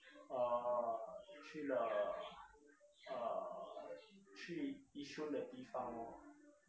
uh 去了 uh 去 yishun 的地方哦